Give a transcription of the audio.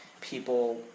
people